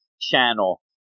channel